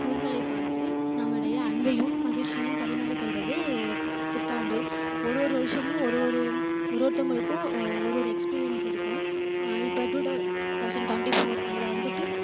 முகங்களை பார்த்து நம்மளுடைய அன்பையும் மகிழ்ச்சியும் பரிமாறிக் கொள்வது புத்தாண்டு ஒரு ஒரு வருஷமும் ஒரு ஒரு ஒரு ஒருத்தவங்களுக்கும் ஒரு ஒரு எக்ஸ்பீரியன்ஸ் இருக்கும் இப்போது டூ தெளசன்ட் டுவெண்ட்டி ஃபோர் அதில் வந்துட்டு